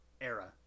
era